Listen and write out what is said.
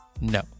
No